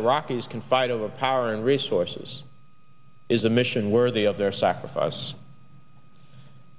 iraqis can fight over power and resources is a mission worthy of their sacrifice